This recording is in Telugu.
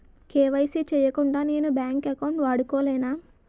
కే.వై.సీ చేయకుండా నేను బ్యాంక్ అకౌంట్ వాడుకొలేన?